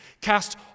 Cast